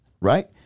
right